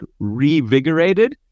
revigorated